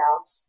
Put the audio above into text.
out